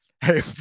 Hey